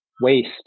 waste